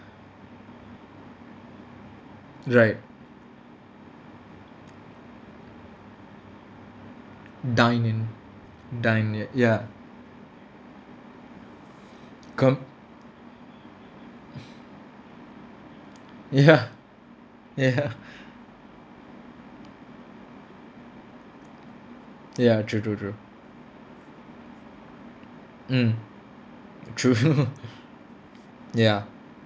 right dine in dine in ya come ya ya ya true true true mm true ya